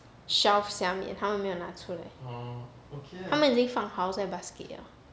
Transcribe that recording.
shelf 下面他们没有拿出来他们已经放好在 basket liao